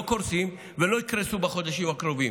לא קורסים ולא יקרסו בחודשים הקרובים.